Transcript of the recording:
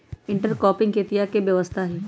intercropping खेतीया के व्यवस्था हई